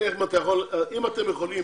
אם אתם יכולים